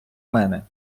мене